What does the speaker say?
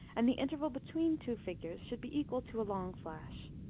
and the interval between two figures should be equal to a long flash.